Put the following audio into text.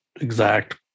exact